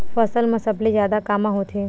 फसल मा सबले जादा कामा होथे?